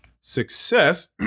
Success